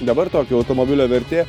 dabar tokio automobilio vertė